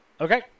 okay